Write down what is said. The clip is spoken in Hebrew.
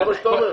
זה מה שאתה אומר.